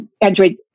Android